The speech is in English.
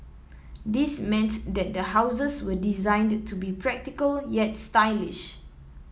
this meant that the houses were designed to be practical yet stylish